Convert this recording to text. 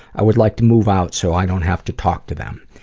i would like to move out so i don't have to talk to them.